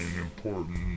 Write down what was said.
important